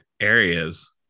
areas